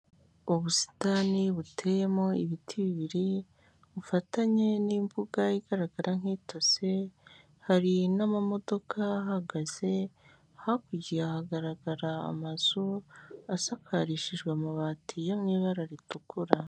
Ubusitani buteyemo ibiti bibiri, bufatanye n'imbuga igaragara nk'itose, hari n'amamodoka ahahagaze, hakurya hagaragara amazu asakarishijwe amabati yo mu ibara ritukura.